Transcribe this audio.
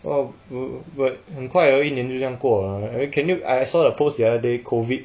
oh but 很快而一年就这样过了 can you I saw a post the other day COVID